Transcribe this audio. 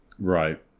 Right